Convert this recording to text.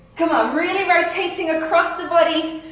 come on, really rotating across the body.